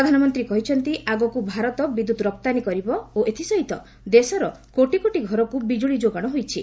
ପ୍ରଧାନମନ୍ତ୍ରୀ କହିଛନ୍ତି ଆଗକୁ ଭାରତ ବିଦ୍ୟୁତ୍ ରପ୍ତାନୀ କରିବ ଓ ଏଥିସହିତ ଦେଶର କୋଟି କୋଟି ଘରକୁ ବିଜ୍ଜୁଳି ଯୋଗାଣ ହୋଇଛି